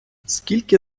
скільки